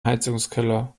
heizungskeller